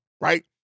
right